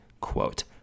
quote